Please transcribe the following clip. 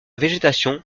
végétation